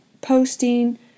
posting